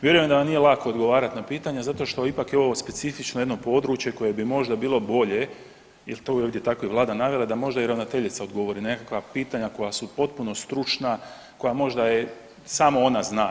Vjerujem da vam nije lako odgovarati na pitanja zašto što ipak je ovo specifično jedno područje koje bi možda bilo bolje jel tu je ovdje tako i Vlada navela da možda i ravnateljica odgovori na nekakva pitanja koja su potpuno stručna koja možda samo ona zna.